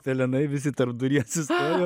pelenai visi tarpduryje atsisakė